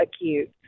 acute